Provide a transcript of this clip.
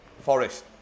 Forest